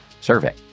survey